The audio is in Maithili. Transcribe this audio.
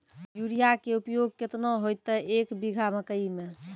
यूरिया के उपयोग केतना होइतै, एक बीघा मकई मे?